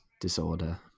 disorder